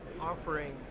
offering